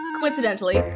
coincidentally